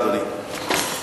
בבקשה, אדוני.